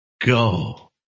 go